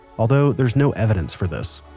although, there's no evidence for this.